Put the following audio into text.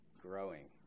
growing